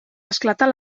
esclatar